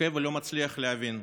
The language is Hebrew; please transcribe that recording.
עוקב ולא מצליח להבין.